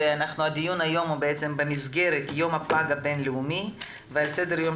הדיון היום הוא במסגרת יום הפג הבינלאומי ועל סדר יום